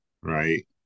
right